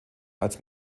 als